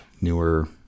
newer